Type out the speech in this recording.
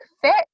fit